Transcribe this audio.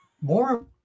more